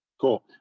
Cool